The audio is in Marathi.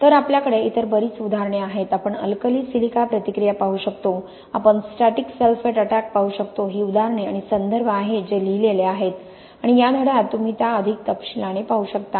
तर आपल्याकडे इतर बरीच उदाहरणे आहेत आपण अल्कली सिलिका प्रतिक्रिया पाहू शकतो आपण स्टॅटिक सल्फेट अटॅक पाहू शकतो ही उदाहरणे आणि संदर्भ आहेत जे लिहिलेले आहेत आणि या धड्यात तुम्ही त्या अधिक तपशीलाने पाहू शकता